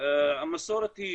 המסורת היא